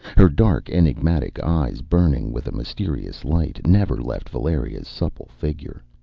her dark, enigmatic eyes, burning with a mysterious light, never left valeria's supple figure.